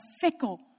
fickle